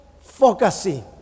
focusing